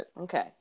okay